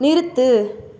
நிறுத்து